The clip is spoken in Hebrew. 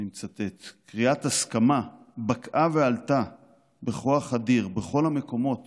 אני מצטט: "קריאת הסכמה בקעה ועלתה בכוח אדיר בכל המקומות